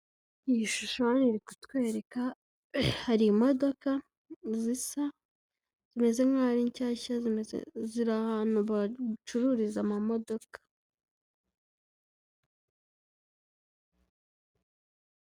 Iyi shusho hano iri kutwereka hari imodoka zisa zimeze nk'aho ari nshyashya, ziri ahantu bacururiza amamodoka.